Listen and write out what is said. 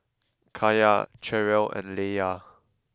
Kaya Cherrelle and Laylah